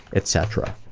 etc.